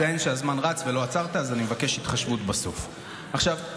אתה יכול,